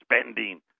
spending